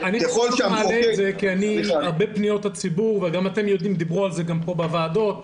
אני מקבל הרבה פניות ציבור ודיברו על זה גם בוועדות כאן.